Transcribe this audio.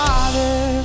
Father